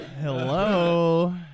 Hello